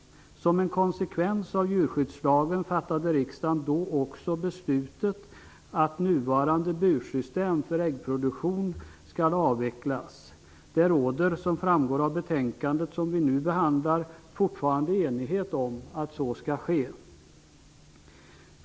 Som en konsekvens av djurskyddslagen fattades då också av riksdagen beslutet att nuvarande bursystem för äggproduktion skall avvecklas. Det råder fortfarande -- vilket framgår av det betänkande som vi nu behandlar -- enighet om att så skall ske.